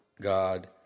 God